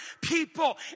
people